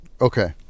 okay